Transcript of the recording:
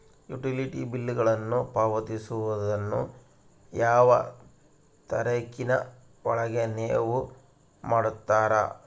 Utility ಬಿಲ್ಲುಗಳನ್ನು ಪಾವತಿಸುವದನ್ನು ಯಾವ ತಾರೇಖಿನ ಒಳಗೆ ನೇವು ಮಾಡುತ್ತೇರಾ?